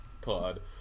pod